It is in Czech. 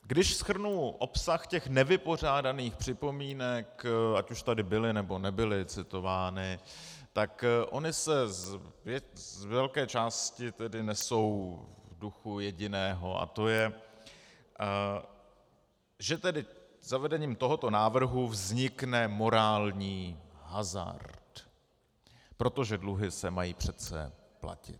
Když shrnu obsah těch nevypořádaných připomínek, ať už tady byly, nebo nebyly citovány, tak ony se z velké části nesou v duchu jediného, a to je, že tedy zavedením tohoto návrhu vznikne morální hazard, protože dluhy se mají přece platit.